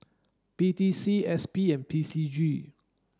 P T C S P and P C G